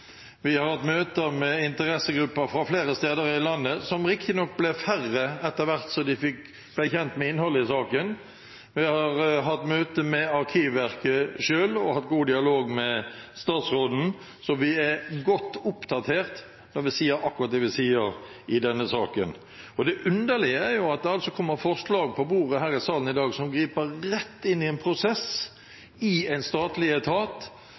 vi har hatt møter med interessegrupper fra flere steder i landet – som riktignok ble færre etter hvert som de ble kjent med innholdet i saken – vi har hatt møte med Arkivverket selv og har hatt god dialog med statsråden. Vi er godt oppdatert når vi sier akkurat det vi sier i denne saken. Det underlige er at det kommer forslag på bordet i salen i dag som griper rett inn i en prosess i en statlig etat